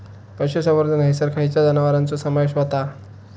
पशुसंवर्धन हैसर खैयच्या जनावरांचो समावेश व्हता?